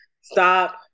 stop